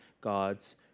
God's